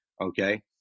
Okay